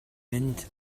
mynd